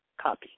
copy